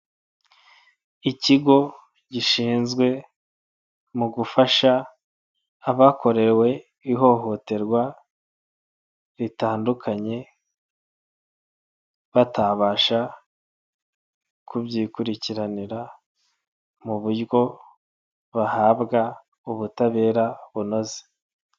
Ikigo gishinzwe mu gufasha abakorewe ihohoterwa ritandukanye batabasha kubyikurikiranira, mu buryo bahabwa ubutabera bunoze.